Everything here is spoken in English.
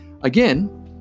again